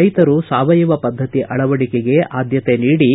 ರೈತರು ಸಾವಯವ ಪದ್ಧತಿ ಅಳವಡಿಕೆಗೆ ಆದ್ಯತೆ ನೀಡಿ